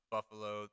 Buffalo